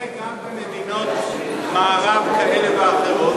בשביל זה גם במדינות מערב כאלה ואחרות